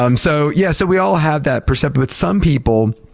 um so yeah, so we all have that perception. but some people,